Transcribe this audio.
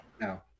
no